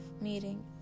meeting